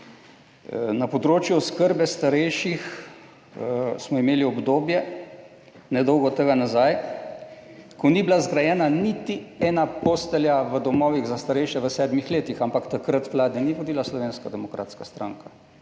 Na področju oskrbe starejših smo imeli obdobje, nedolgo tega nazaj, ko ni bila zgrajena niti ena postelja v domovih za starejše v sedmih letih, ampak takrat vlade ni vodila Slovenska demokratska stranka,